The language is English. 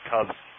Cubs